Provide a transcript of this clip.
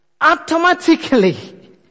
automatically